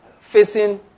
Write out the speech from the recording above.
facing